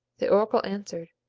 the oracle answered,